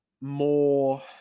more